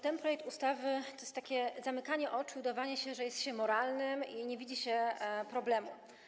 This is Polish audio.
Ten projekt ustawy to jest takie zamykanie oczu, udawanie, że jest się moralnym, że nie widzi się problemu.